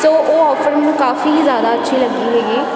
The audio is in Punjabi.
ਸੋ ਉਹ ਓਫਰ ਮੈਨੂੰ ਕਾਫੀ ਹੀ ਜ਼ਿਆਦਾ ਅੱਛੀ ਲੱਗੀ ਹੈਗੀ